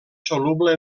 soluble